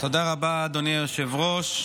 תודה רבה, אדוני היושב-ראש.